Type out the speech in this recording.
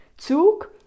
Zug